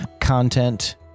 content